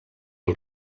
els